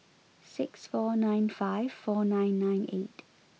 six four nine five four nine nine eight